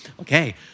Okay